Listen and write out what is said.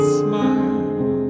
smile